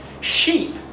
Sheep